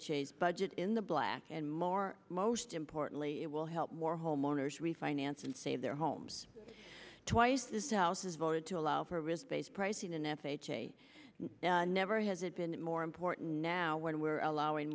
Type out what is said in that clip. s budget in the black and more most importantly it will help more homeowners refinance and save their homes twice this house has voted to allow for risk based pricing in f h a never has it been more important now when we're allowing